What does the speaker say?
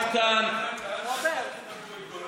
אבל פה יש פגיעות לא מוצדקות,